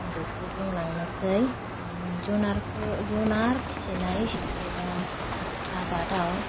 आं बेखौ बुंलांनोसै ओम जुनारफोर जुनार फिसिनाय एबा आबादाव